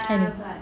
mm